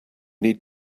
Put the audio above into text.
need